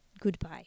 Goodbye